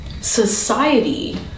society